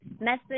message